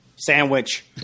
Sandwich